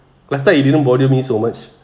last time it didn't bother me so much